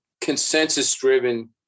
consensus-driven